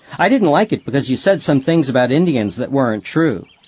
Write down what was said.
i didn't like it because you said some things about indians that weren't true.